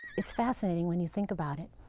it's fascinating when you think about it.